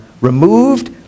removed